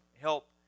help